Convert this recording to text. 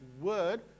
word